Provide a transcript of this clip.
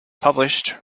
published